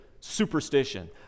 superstition